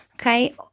Okay